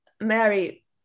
Mary